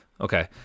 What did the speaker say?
Okay